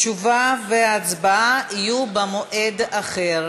תשובה והצבעה יהיו במועד אחר.